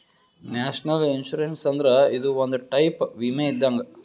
national insurance ಅಂದ್ರ ಇದು ಒಂದ್ ಟೈಪ್ ವಿಮೆ ಇದ್ದಂಗ್